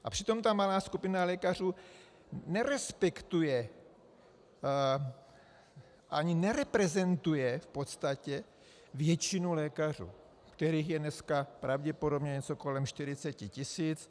A přitom ta malá skupina lékařů nerespektuje, ani nereprezentuje v podstatě většinu lékařů, kterých je dneska pravděpodobně něco kolem 40 000.